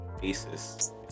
basis